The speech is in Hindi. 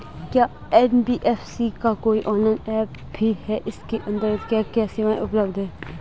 क्या एन.बी.एफ.सी का कोई ऑनलाइन ऐप भी है इसके अन्तर्गत क्या क्या सेवाएँ उपलब्ध हैं?